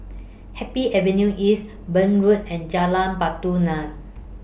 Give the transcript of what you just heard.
Happy Avenue East Burn Road and Jalan Batu Nilam